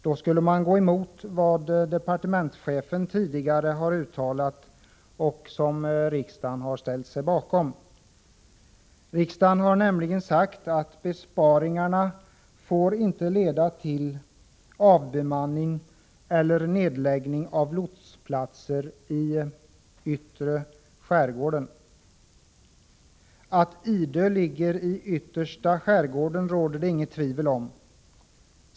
Då skulle man gå emot vad departementschefen tidigare har uttalat, vilket riksdagen har ställt sig bakom. Riksdagen har nämligen sagt att besparingarna får inte leda till avbemanning eller nedläggning av lotsplatser i yttre skärgården. Att Idö ligger i yttersta skärgården råder det inget tvivel om.